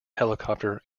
helicopter